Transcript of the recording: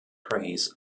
praise